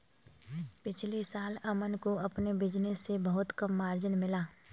पिछले साल अमन को अपने बिज़नेस से बहुत कम मार्जिन मिला